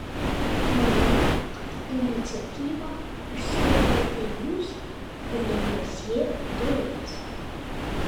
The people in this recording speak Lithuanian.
manau kad iniciatyva užsiėmėte jūs o ne mesjė doilis